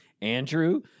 Andrew